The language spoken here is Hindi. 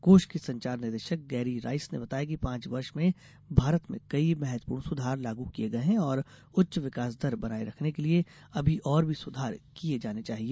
कोष के संचार निदेशक गैरी राइस ने बताया कि पांच वर्ष में भारत में कई महत्वपूर्ण सुधार लागू किये गये है और उच्च विकास दर बनाये रखने के लिए अभी और सुधार किये जाने चाहिए